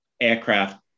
aircraft